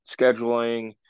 scheduling